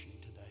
today